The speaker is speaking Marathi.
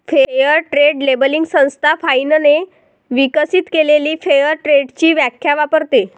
फेअर ट्रेड लेबलिंग संस्था फाइनने विकसित केलेली फेअर ट्रेडची व्याख्या वापरते